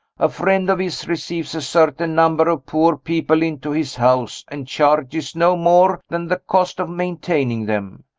a friend of his receives a certain number of poor people into his house, and charges no more than the cost of maintaining them.